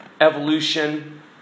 evolution